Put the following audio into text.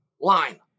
line